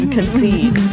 Concede